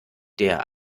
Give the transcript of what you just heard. der